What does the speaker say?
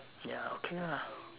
ya okay lah